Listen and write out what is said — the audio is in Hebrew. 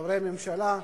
חברי הממשלה,